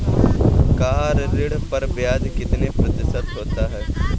Car ऋण पर ब्याज कितने प्रतिशत है?